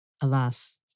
Alas